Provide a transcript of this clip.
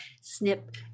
snip